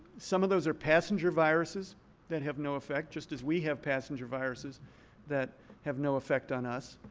some of those are passenger viruses that have no effect, just as we have passenger viruses that have no effect on us.